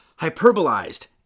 hyperbolized